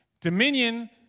Dominion